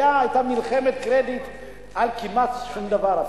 היתה מלחמת קרדיט על כמעט שום דבר אפילו.